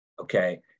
okay